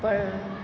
પણ